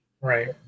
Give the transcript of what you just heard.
Right